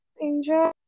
Enjoy